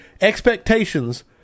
expectations